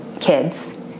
kids